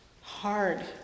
hard